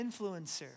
influencer